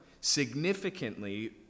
significantly